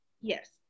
yes